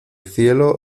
cielo